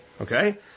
Okay